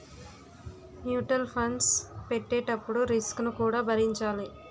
mutual funds పెట్టేటప్పుడు risk ను కూడా భరించాలి